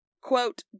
quote